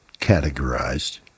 categorized